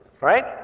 right